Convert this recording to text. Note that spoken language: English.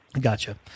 Gotcha